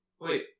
Wait